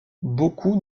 beaucoup